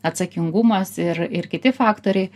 atsakingumas ir ir kiti faktoriai